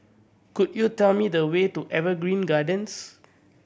could you tell me the way to Evergreen Gardens